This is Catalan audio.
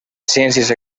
ciències